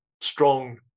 strong